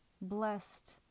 blessed